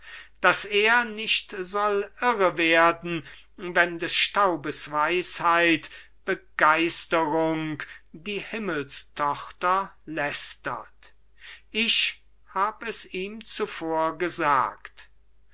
daß er nicht soll irre werden wenn des staubes weisheit begeisterung die himmelstochter lästert ich hab es ihm zuvor gesagt